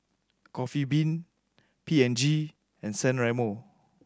Coffee Bean P and G and San Remo